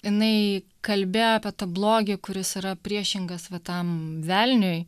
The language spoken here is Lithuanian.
jinai kalbėjo apie tą blogį kuris yra priešingas va tam velniui